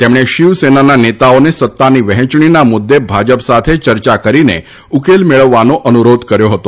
તેમણે શિવસેનાના નેતાઓને સત્તાની વહેંચણીના મુદ્દે ભાજપ સાથે ચર્ચા કરીને ઉકેલ મેળવવાનો અનુરોધ કર્યો હતો